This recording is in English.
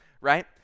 right